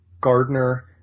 Gardner